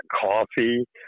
coffee